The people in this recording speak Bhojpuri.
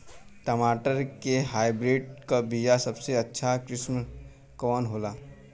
टमाटर के हाइब्रिड क बीया सबसे अच्छा किस्म कवन होला?